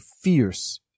fierce